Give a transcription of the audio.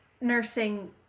nursing